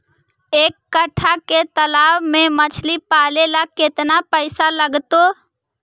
एक कट्ठा के तालाब में मछली पाले ल केतना पैसा लगतै?